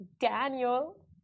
Daniel